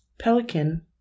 Pelican